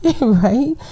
right